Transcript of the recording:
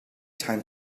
time